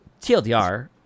TLDR